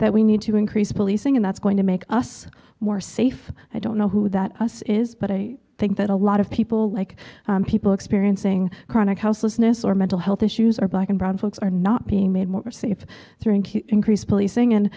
that we need to increase policing and that's going to make us more safe i don't know who that us is but i think that a lot of people like people experiencing chronic houseless ness or mental health issues are black and brown folks are not being made more safe through increased policing and